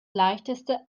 leichteste